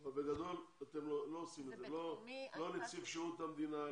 אבל בגדול לא עושים את זה, לא נציב שירות המדינה.